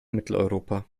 mitteleuropa